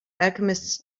alchemists